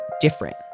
different